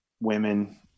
women